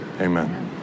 Amen